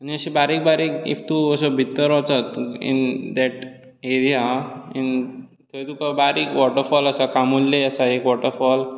आनी अशी बारीक बारीक इफ तूं असो भितर वचत इन दॅट एरिया इन थंय तुका बारीक वॉटरफॉल आसात कामुर्ले आसा एक वॉटरफॉल